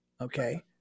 Okay